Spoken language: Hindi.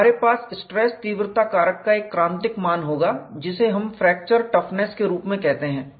हमारे पास स्ट्रेस तीव्रता कारक का एक क्रांतिक मान होगा जिसे हम फ्रैक्चर टफनेस के रूप में कहते हैं